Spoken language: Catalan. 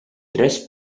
tres